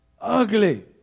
ugly